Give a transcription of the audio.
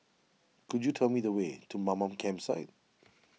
could you tell me the way to Mamam Campsite